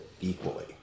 equally